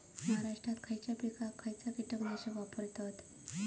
महाराष्ट्रात खयच्या पिकाक खयचा कीटकनाशक वापरतत?